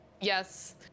Yes